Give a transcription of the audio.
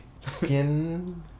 skin